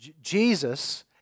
Jesus